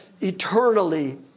eternally